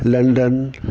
London